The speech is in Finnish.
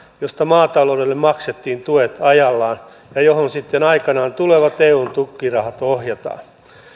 josta maataloudelle maksettiin tuet ajallaan ja johon sitten aikanaan tulevat eun tukirahat ohjataan